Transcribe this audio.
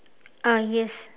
uh yes